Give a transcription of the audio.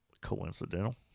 coincidental